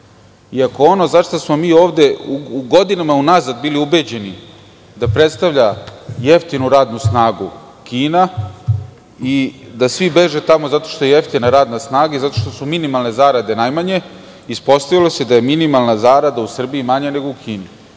i ako ono zašta smo mi ovde u godinama unazad bili ubeđeni da predstavlja jeftinu radnu snagu - Kina i da svi beže tamo zato što je jeftina radna snaga i zato što su minimalne zarade najmanje, ispostavilo se da je minimalna zarada u Srbiji manja nego u Kini.